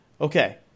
Okay